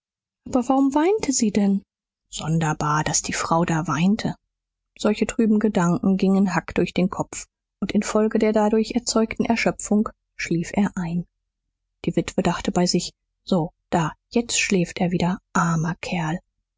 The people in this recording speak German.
aber warum weinte sie denn sonderbar daß die frau da weinte solche trüben gedanken gingen huck durch den kopf und infolge der dadurch erzeugten erschöpfung schlief er ein die witwe dachte bei sich so da jetzt schläft er wieder armer kerl